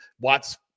Watts